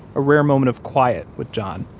a rare moment of quiet with john,